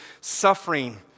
suffering